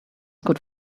could